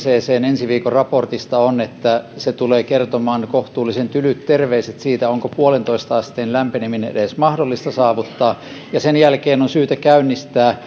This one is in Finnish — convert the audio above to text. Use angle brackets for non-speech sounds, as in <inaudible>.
ensi viikon raportista on että se tulee kertomaan kohtuullisen tylyt terveiset siitä onko yhteen pilkku viiteen asteen lämpeneminen edes mahdollista saavuttaa ja sen jälkeen on syytä käynnistää <unintelligible>